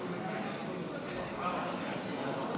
ההסתייגות